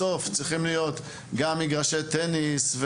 בסוף צריכים להיות גם מגרשי טניס,